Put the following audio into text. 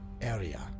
area